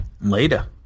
later